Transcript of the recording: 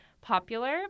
popular